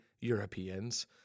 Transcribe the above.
Europeans